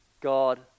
God